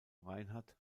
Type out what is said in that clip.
reinhardt